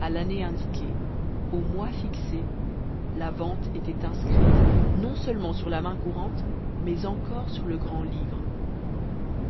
à l'année indiquée au mois fixé la vente était inscrite non-seulement sur la main courante mais encore sur le grand-livre